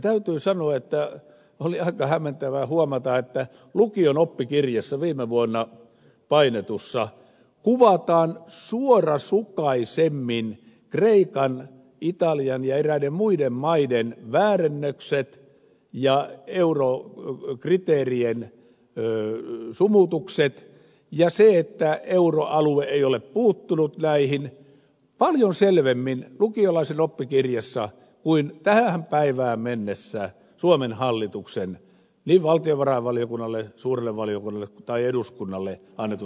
täytyy sanoa että oli aika hämmentävää huomata että viime vuonna painetussa lukion oppikirjassa kuvataan suorasukaisemmin kreikan italian ja eräiden muiden maiden väärennökset ja eurokriteerien sumutukset ja se että euroalue ei ole puuttunut näihin kuvataan paljon selvemmin lukiolaisen oppikirjassa kuin tähän päivään mennessä suomen hallituksen niin valtiovarainvaliokunnalle suurelle valiokunnalle kuin eduskunnalle antamassa selvityksessä